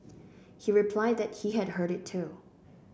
he replied that he had heard it too